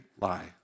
lie